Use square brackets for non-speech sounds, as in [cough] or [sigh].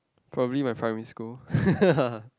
probably my primary school [laughs]